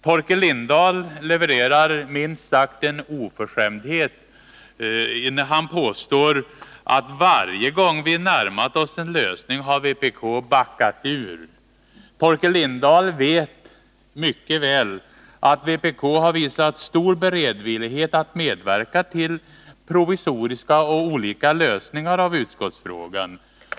Torkel Lindahl levererade minst sagt en oförskämdhet. Han påstår att varje gång vi har närmat oss en lösning har vpk backat ur. Torkel Lindahl vet mycket väl att vpk har visat stor beredvillighet att medverka till olika provisoriska lösningar i utskottsfrågan.